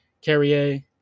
Carrier